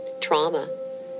trauma